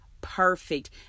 perfect